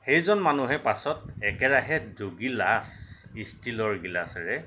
সেইজন মানুহে পাছত একেৰাহে দুগিলাচ ইষ্টিলৰ গিলাছেৰে